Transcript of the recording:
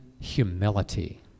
humility